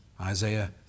Isaiah